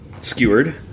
skewered